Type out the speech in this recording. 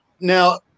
now